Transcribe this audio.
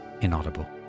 inaudible